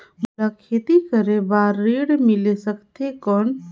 मोला खेती करे बार ऋण मिल सकथे कौन?